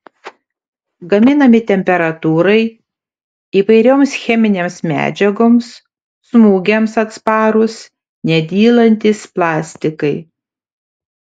gaminami temperatūrai įvairioms cheminėms medžiagoms smūgiams atsparūs nedylantys plastikai